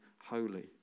holy